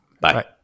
Bye